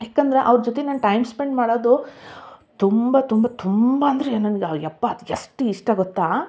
ಯಾಕೆಂದ್ರೆ ಅವ್ರ ಜೊತೆ ನಾನು ಟೈಮ್ ಸ್ಪೆಂಡ್ ಮಾಡೋದು ತುಂಬ ತುಂಬ ತುಂಬ ಅಂದರೆ ನನಗೆ ಯಪ್ಪ ಅದು ಎಷ್ಟು ಇಷ್ಟ ಗೊತ್ತಾ